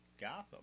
Gotham